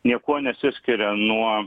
niekuo nesiskiria nuo